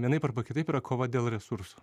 vienaip arba kitaip yra kova dėl resursų